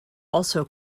also